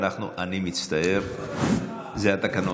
זה התקנון.